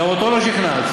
גם אותו לא שכנעת.